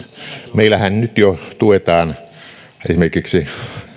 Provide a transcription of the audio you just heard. meillähän nyt jo tuetaan esimerkiksi